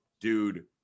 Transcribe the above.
dude